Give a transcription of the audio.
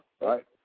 Right